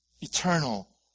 eternal